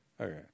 Okay